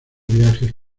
viajes